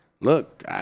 look